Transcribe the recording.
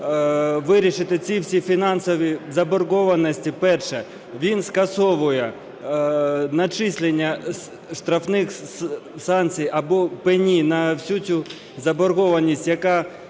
вирішити ці всі фінансові заборгованості. Перше – він скасовує начислення штрафних санкцій або пені на всю цю заборгованість, яка виникла